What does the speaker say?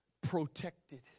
protected